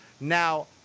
Now